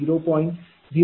0060